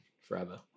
forever